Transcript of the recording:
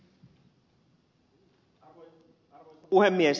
arvoisa puhemies